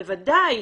בוודאי,